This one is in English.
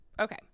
Okay